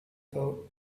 boat